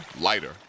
lighter